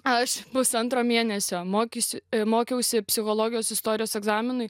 aš pusantro mėnesio mokysiu mokiausi psichologijos istorijos egzaminui